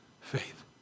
faith